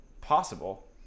possible